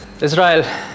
Israel